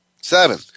Seven